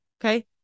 Okay